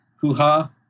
hoo-ha